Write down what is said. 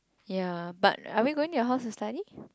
ya but are we going to your house and study